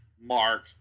mark